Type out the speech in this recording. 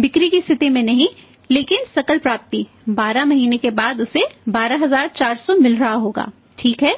बिक्री की स्थिति में नहीं लेकिन सकल प्राप्ति 12 महीने के बाद उसे 12400 मिल रहा होगा ठीक है